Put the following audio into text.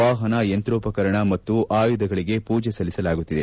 ವಾಪನ ಯಂತ್ರೋಪಕರಣ ಮತ್ತು ಆಯುಧಗಳಗೆ ಪೂಜೆ ಸಲ್ಲಿಸಲಾಗುತ್ತಿದೆ